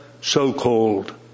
so-called